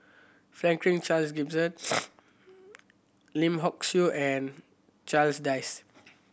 Franklin Charles Gimson Lim Hock Siew and Charles Dyce